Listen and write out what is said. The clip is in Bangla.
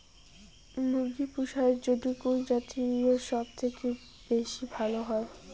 মুরগি পুষার জন্য কুন জাতীয় সবথেকে বেশি লাভ হয়?